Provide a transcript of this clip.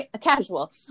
casual